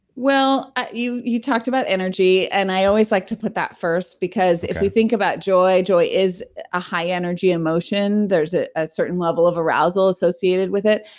well, you you talked about energy. and i always like to put that first, because if we think about joy, joy is a high energy emotion, there's ah a certain level of arousal associated with it.